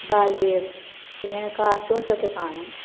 ബാല്വീര് പിന്നെ കാര്ട്ടൂണ്സൊക്കെ കാണും